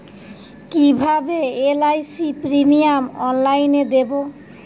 কিভাবে LIC premium অনলাইনে দেবো?